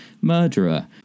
murderer